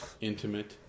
Intimate